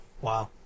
Wow